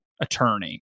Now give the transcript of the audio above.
attorney